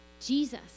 Jesus